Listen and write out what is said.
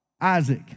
Isaac